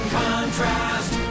contrast